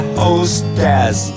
hostess